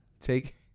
Take